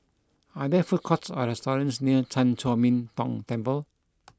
are there food courts or restaurants near Chan Chor Min Tong Temple